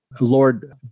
Lord